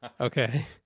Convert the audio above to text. Okay